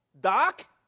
doc